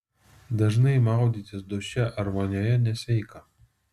dažnai maudytis duše ar vonioje nesveika